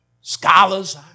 scholars